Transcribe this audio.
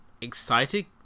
excited